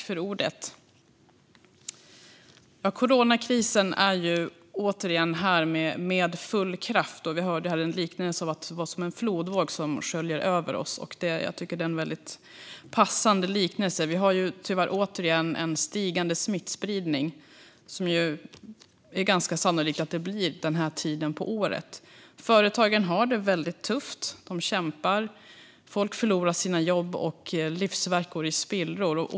Fru talman! Coronakrisen är återigen här med full kraft. Vi hörde här i en liknelse att den är som en flodvåg som sköljer över oss. Det är en passande liknelse. Det råder tyvärr återigen en stigande smittspridning, och det är ju sannolikt att det blir så den här tiden på året. Företagen har det tufft. De kämpar. Folk förlorar sina jobb, och deras livsverk går i spillror.